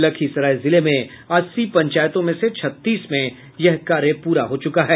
लखीसराय जिले में अस्सी पंचायतों में से छत्तीस में यह कार्य पूरा हो चुका है